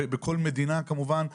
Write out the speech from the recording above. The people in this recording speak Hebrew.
בכל מדינה כמובן,